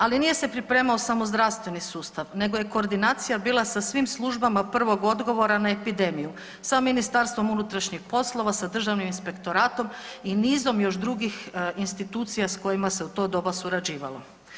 Ali nije se pripremao samo zdravstveni sustav, nego je koordinacija bila sa svim službama prvog odgovora na epidemiju sa Ministarstvom unutrašnjih poslova, sa Državnim inspektoratom i nizom još drugih institucija sa kojima se u to doba surađivalo.